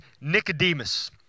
Nicodemus